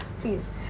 please